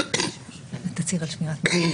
זה לא פגיעה בילדים,